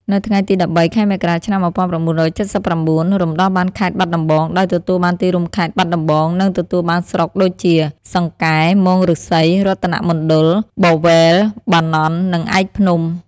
នៅថ្ងៃទី ១៣ ខែមករា ឆ្នាំ ១៩៧៩ រំដោះបានខេត្តបាត់ដំបង ដោយទទួលបានទីរួមខេត្ត បាត់ដំបង និងទទួលបានស្រុកដូចជា សង្កែ មោងឫស្សី រតនៈមណ្ឌល បរវេល បាណន់ និងឯកភ្នំ។